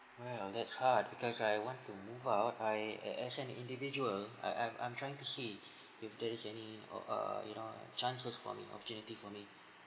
well that's hard because I want to move out I as an individual I I I'm trying to see if there's any or err you know chances for me opportunity for me